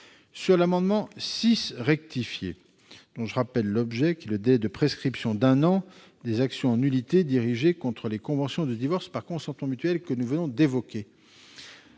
à l'amendement n° 6 rectifié, qui concerne le délai de prescription d'un an des actions en nullité dirigées contre les conventions de divorce par consentement mutuel que nous venons d'évoquer.